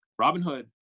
Robinhood